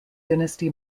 dynasty